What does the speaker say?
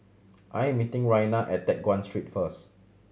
I am meeting Rayna at Teck Guan Street first